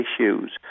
issues